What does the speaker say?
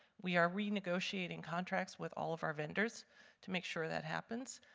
we are renegotiating contracts with all of our vendors to make sure that happens.